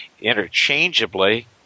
interchangeably